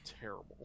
Terrible